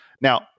Now